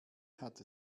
hat